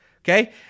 okay